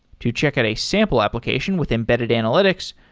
to check out a sample application with embedded analytics,